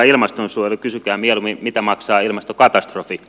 kysykää mieluummin mitä maksaa ilmastokatastrofi